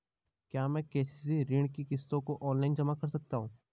क्या मैं के.सी.सी ऋण की किश्तों को ऑनलाइन जमा कर सकता हूँ?